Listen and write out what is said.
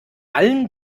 allen